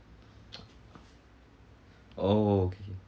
oh kay kay